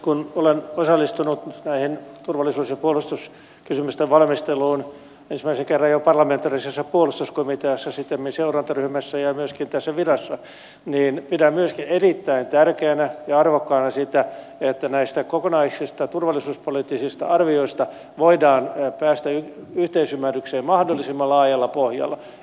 kun olen osallistunut näiden turvallisuus ja puolustuskysymysten valmisteluun ensimmäisen kerran jo parlamentaarisessa puolustuskomiteassa sittemmin seurantaryhmässä ja myöskin tässä virassa niin pidän myöskin erittäin tärkeänä ja arvokkaana sitä että näistä kokonaisista turvallisuuspoliittisista arvioista voidaan päästä yhteisymmärrykseen mahdollisimman laajalla pohjalla